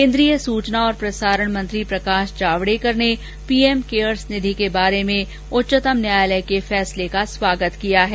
केन्द्रीय सूचना और प्रसारण मंत्री प्रकाश जावडेकर ने पीएम केयर्स निधि के बारे में उच्चतम न्यायालय के फैसले का स्वागत किया है